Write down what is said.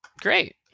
Great